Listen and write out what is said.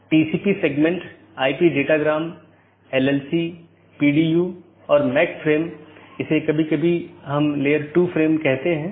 तो AS1 में विन्यास के लिए बाहरी 1 या 2 प्रकार की चीजें और दो बाहरी साथी हो सकते हैं